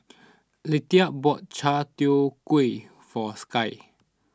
Leatha bought Chai Tow Kway for Sky